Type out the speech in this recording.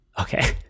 okay